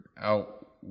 out